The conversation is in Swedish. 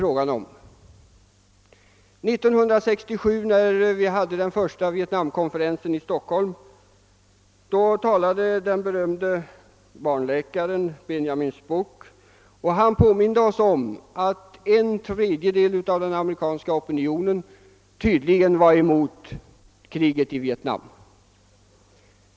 År 1967 vid tiden för den första Vietnamkonferensen i Stockholm talade den berömde barnläkaren Benjamin Spock, och han bedömde att en tredjedel av den amerikanska opinionen var emot kriget i Vietnam.